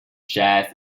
shares